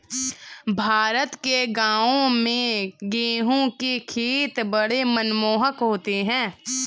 भारत के गांवों में गेहूं के खेत बड़े मनमोहक होते हैं